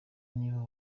nibo